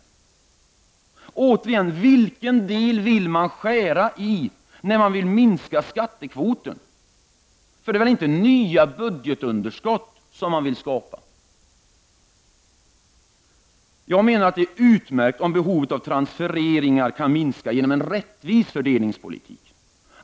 Återigen vill jag fråga vilken del man vill skära i, när man vill minska skattekvoten. För det är väl inte nya budgetunderskott man vill skapa? Jag menar att det är utmärkt om behovet av transfereringar kan minska = Prot. 1989/90:140 genom en rättvis fördelningspolitik.